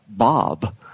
Bob